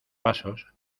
vasos